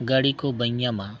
ᱜᱟᱹᱰᱤ ᱠᱚ ᱵᱟᱹᱧ ᱧᱟᱢᱟ